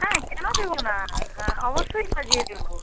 হ্যাঁ কেন দেবো না হ্যাঁ অবশ্যই সাজিয়ে দেবো